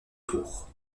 tour